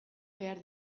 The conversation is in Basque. behar